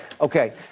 Okay